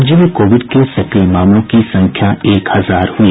राज्य में कोविड के सक्रिय मामलों की संख्या एक हजार हुई